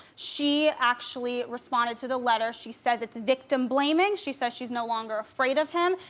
she actually responded to the letter. she says it's victim blaming. she says she's no longer afraid of him.